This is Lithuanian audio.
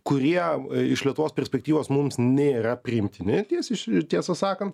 kurie iš lietuvos perspektyvos mums nėra priimtini tiesiai tiesą sakant